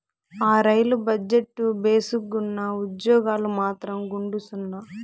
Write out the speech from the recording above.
ఆ, rail budget భేసుగ్గున్నా, ఉజ్జోగాలు మాత్రం గుండుసున్నా